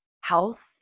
health